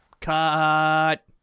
Cut